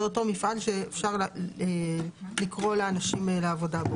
זה אותו מפעל שאפשר לקרוא לאנשים לעבודה.